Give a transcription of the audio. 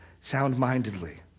sound-mindedly